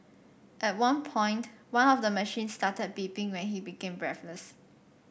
at one point one of the machines started beeping when he became breathless